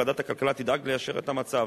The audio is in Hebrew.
ועדת הכלכלה תדאג ליישר את המצב.